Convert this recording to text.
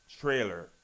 trailer